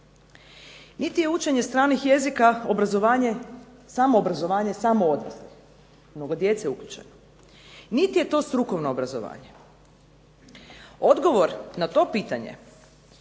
Niti je učenje stranih jezika obrazovanje samo obrazovanje, samo odraslih, mnogo djece uključeno, niti je to samo strukovno obrazovanje. Odgovor na to pitanje